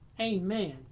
Amen